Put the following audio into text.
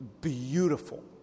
Beautiful